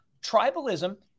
tribalism